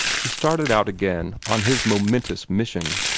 he started out again on his momentous mission.